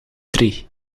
drie